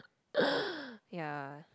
ya